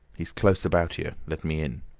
he's close about here. let me in.